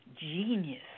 genius